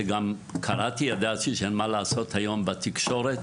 ידעתי שאין מה לעשות; היום, בתקשורת,